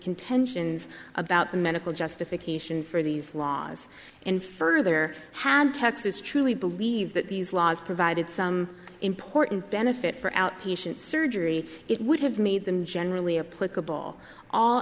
contentions about the medical justification for these laws and further had texas truly believe that these laws provided some important benefit for outpatient surgery it would have made them generally a political